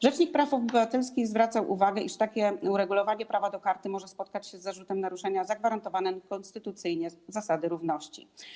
Rzecznik praw obywatelskich zwraca uwagę, iż takie uregulowanie prawa do karty może spotkać się z zarzutem naruszenia zagwarantowanej konstytucyjnie zasady równości.